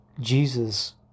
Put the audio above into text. Jesus